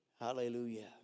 Hallelujah